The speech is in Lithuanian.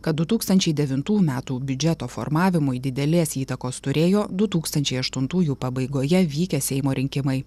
kad du tūkstančiai devintų metų biudžeto formavimui didelės įtakos turėjo du tūkstančiai aštuntųjų pabaigoje vykę seimo rinkimai